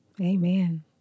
Amen